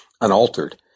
unaltered